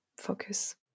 focus